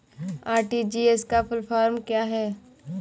RTGS का full form क्या है?